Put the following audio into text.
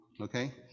okay